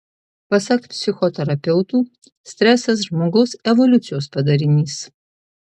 pasak psichoterapeutų stresas žmogaus evoliucijos padarinys